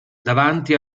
davanti